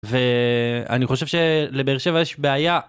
ואני חושב שלבאר שבע יש בעיה.